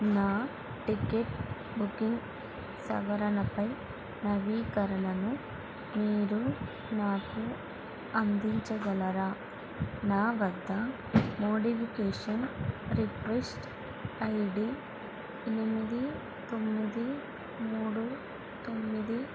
నా ticket booking సవరణపై నవీకరణను మీరు నాకు అందించగలరా నా వద్ద మోడిఫికేషన్ రిక్వెస్ట్ ఐ డీ ఎనిమిది తొమ్మిది మూడు తొమ్మిది